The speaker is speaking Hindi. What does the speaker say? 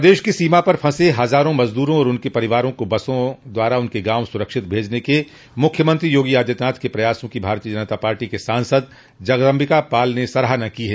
प्रदेश की सीमा पर फंसे हजारों मजदूरों तथा उनके परिवारों को बसों द्वारा उनके गांव सुरक्षित भेजने के मुख्यमंत्री योगी आदित्यनाथ के प्रयासों की भारतीय जनता पार्टी के सांसद जगदम्बिका पाल ने सराहना की है